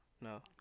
No